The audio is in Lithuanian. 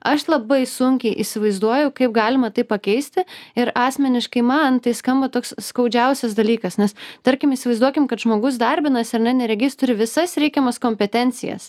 aš labai sunkiai įsivaizduoju kaip galima tai pakeisti ir asmeniškai man tai skamba toks skaudžiausias dalykas nes tarkim įsivaizduokim kad žmogus darbinasi ar ne neregys turi visas reikiamas kompetencijas